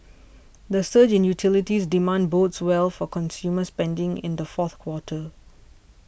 the surge in utilities demand bodes well for consumer spending in the fourth quarter